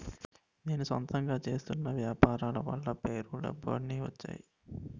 నేను సొంతంగా చేస్తున్న వ్యాపారాల వల్ల పేరు డబ్బు అన్ని వచ్చేయి